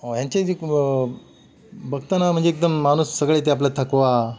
हो ह्यांचे जी को बघताना म्हणजे एकदम माणूस सगळं येथे आपला थकवा